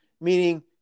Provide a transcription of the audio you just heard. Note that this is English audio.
meaning